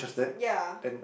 ya